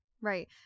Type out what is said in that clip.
right